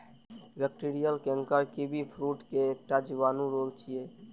bacterial canker kiwifruit के एकटा जीवाणु रोग छियै